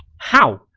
how?